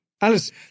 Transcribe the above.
Alice